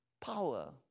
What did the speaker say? power